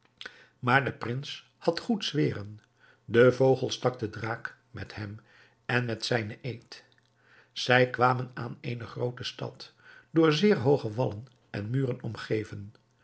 maar de prins had goed zweren de vogel stak den draak met hem en met zijnen eed zij kwamen aan eene groote stad door zeer hooge wallen en muren omgeven